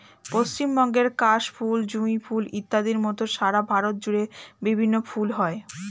পশ্চিমবঙ্গের কাশ ফুল, জুঁই ফুল ইত্যাদির মত সারা ভারত জুড়ে বিভিন্ন ফুল হয়